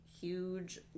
huge